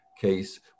case